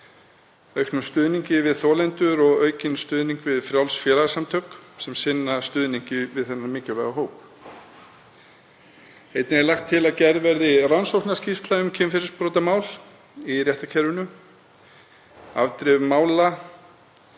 aukinn stuðning við þolendur og aukinn stuðning við frjáls félagasamtök sem sinna stuðningi við þennan mikilvæga hóp. Einnig er lagt til að gerð verði rannsóknarskýrsla um kynferðisbrotamál í réttarkerfinu, afdrif mála